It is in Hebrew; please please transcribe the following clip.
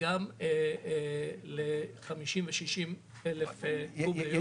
גם לחמישים ושישים אלף קוב ביום.